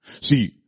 See